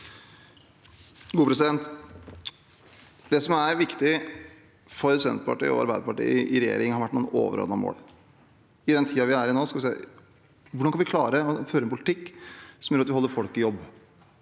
Det som er viktig for Senterpartiet og Arbeiderpartiet i regjering, har vært noen overordnede mål. I den tiden vi er inne i nå, skal vi se på hvordan vi kan klare å føre en politikk som gjør at vi holder folk i jobb